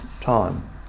time